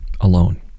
alone